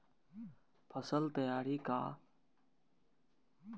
फसल तैयारी आ मनुक्ख द्वारा उपभोगक बीच अन्न नुकसान कें पोस्ट हार्वेस्ट लॉस कहल जाइ छै